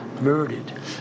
murdered